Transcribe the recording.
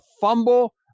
fumble